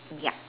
ya